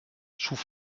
choux